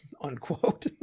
unquote